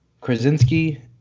Krasinski